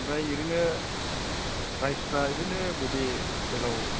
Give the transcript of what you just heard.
ओमफ्राय ओरैनो फ्रायसफ्रा बिदिनो बबे हटेलाव